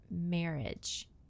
marriage